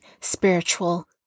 spiritual